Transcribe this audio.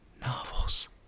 Novels